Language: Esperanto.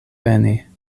veni